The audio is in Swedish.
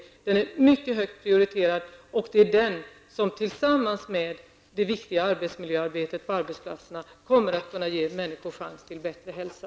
Den är mycket högt prioriterad och kommer tillsammans med det viktiga arbetsmiljöarbetet på arbetsplatserna att kunna ge människor chansen till en bättre hälsa.